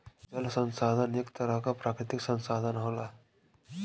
जल संसाधन एक तरह क प्राकृतिक संसाधन होला